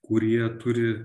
kurie turi